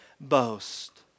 boast